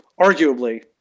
arguably –